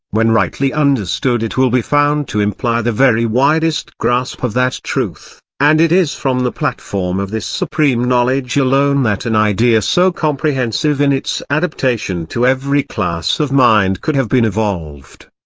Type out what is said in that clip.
when rightly understood it will be found to imply the very widest grasp of that truth and it is from the platform of this supreme knowledge alone that an idea so comprehensive in its adaptation to every class of mind could have been evolved.